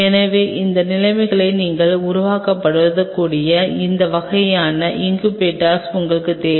எனவே அந்த நிலைமைகளை நீங்கள் உருவகப்படுத்தக்கூடிய அந்த வகையான இன்குபேட்டர்கள் உங்களுக்குத் தேவை